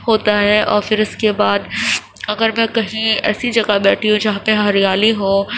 ہوتا ہے اور پھر اس کے بعد اگر میں کہیں ایسی جگہ بیٹھی ہوں جہاں پہ ہریالی ہو